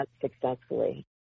successfully